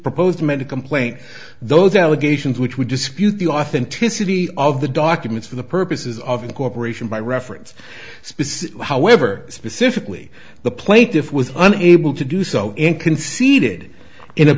proposed many complaint those allegations which would dispute the authenticity of the documents for the purposes of incorporation by reference however specifically the plaintiff with unable to do so in conceded in